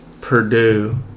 Purdue